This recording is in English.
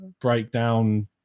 breakdown